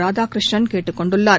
ராதாகிருஷ்ணன் கேட்டுக் கொண்டுள்ளார்